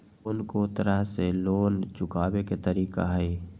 कोन को तरह से लोन चुकावे के तरीका हई?